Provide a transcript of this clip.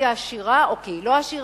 כי היא עשירה או כי היא לא עשירה,